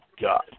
God